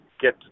get